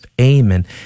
Amen